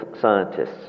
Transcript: scientists